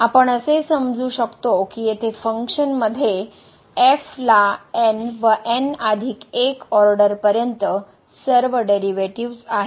तर आपण असे समजू शकतो की येथे फंक्शनमध्ये ला n व n अधिक 1 ऑर्डर पर्यंत सर्व डेरिव्हेटिव्ह्ज आहेत